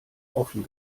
offen